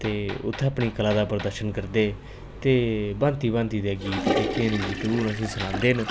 ते उत्थै अपनी कला दा प्रदर्शन करदे ते भांती भांती दे गीत जेह्के न गीतड़ू न असेंगी सनांदे न